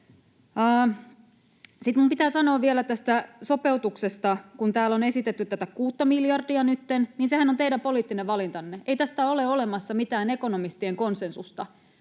Sitten minun pitää sanoa vielä tästä sopeutuksesta: kun täällä on esitetty tätä kuutta miljardia nytten, niin sehän on teidän poliittinen valintanne. Ei tästä ole olemassa mitään ekonomistien konsensusta,